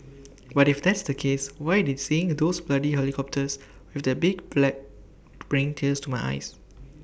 but if that's the case why did seeing those bloody helicopters with the big flag bring tears to my eyes